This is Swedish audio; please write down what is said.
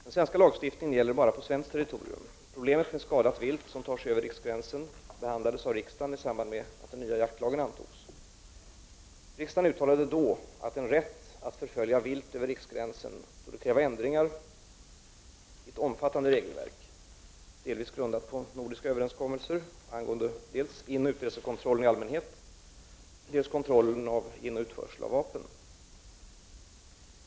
Den svenska lagstiftningen gäller bara på svenskt territorium. Problemet med skadat vilt som tar sig över riksgränsen behandlades av riksdagen i samband med att den nya jaktlagen antogs. Riksdagen uttalade då att en rätt att förfölja vilt över riksgränsen torde kräva ändringar i ett omfattande regelverk — delvis grundat på nordiska överenskommelser — angående dels inoch utresekontrollen i allmänhet, dels kontrollen av inoch utförsel av vapen.